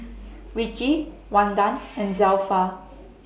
Richie Wanda and Zelpha